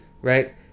Right